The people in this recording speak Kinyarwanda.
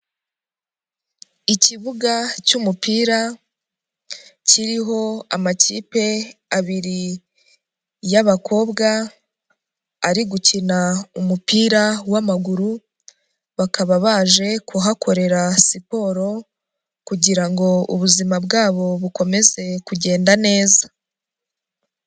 Ikibuga cy'umupira kiriho amakipe abiri y'abakobwa ari gukina umupira w'amaguru, bakaba baje kuhakorera siporo kugira ngo ubuzima bwabo bukomeze kugenda neza.